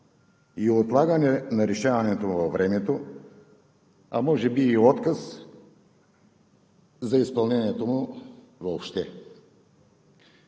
и отлагане на решаването му във времето, а може би и отказ за изпълнението му въобще.